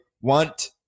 want